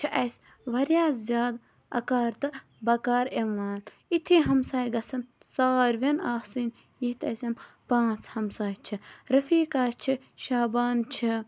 چھِ اَسہِ واریاہ زیادٕ اَکار تہٕ بَکار یِوان یِتھی ہَمساے گَژھَن ساروین آسٕنۍ یِتھ اَسہِ یِم پانٛژھ ہَمساے چھِ